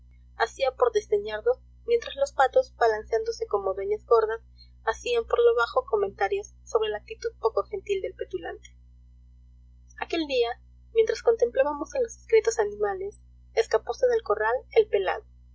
hacía por desdeñarnos mientras los patos balanceándose como dueñas gordas hacían por lo bajo comentarios sobre la actitud poco gentil del petulante aquel día mientras contemplábamos a los discretos animales escapóse del corral el pelado